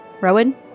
Rowan